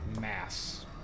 mass